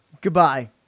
Goodbye